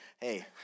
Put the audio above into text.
Hey